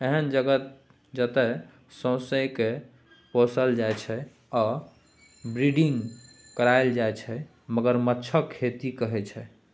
एहन जगह जतय सोंइसकेँ पोसल जाइ छै आ ब्रीडिंग कराएल जाइ छै मगरमच्छक खेती कहय छै